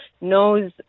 knows